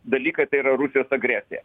dalykai tai yra rusijos agresija